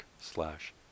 slash